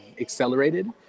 accelerated